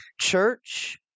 church